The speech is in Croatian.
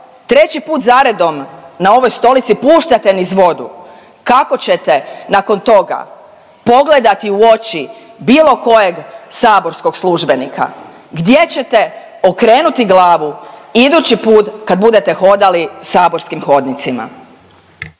treći put zaredom na ovoj stolici puštate niz vodu. Kako ćete nakon toga pogledati u oči bilo kojeg saborskog službenika? Gdje ćete okrenuti glavu idući put kad budete hodali saborskim hodnicima?